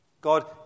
God